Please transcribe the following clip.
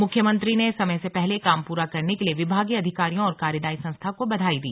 मुख्यमंत्री ने समय से पहले काम पूरा करने के लिए विभागीय अधिकारियों और कार्यदार्यी संस्था को बधाई दी